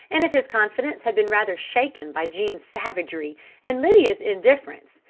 and if his confidence had been rather shaken by jean's savagery and lydia's indifference,